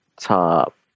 top